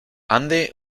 ande